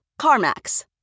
CarMax